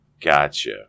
Gotcha